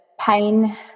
pain